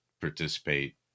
participate